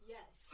Yes